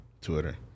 Twitter